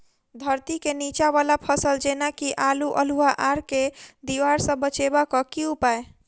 धरती केँ नीचा वला फसल जेना की आलु, अल्हुआ आर केँ दीवार सऽ बचेबाक की उपाय?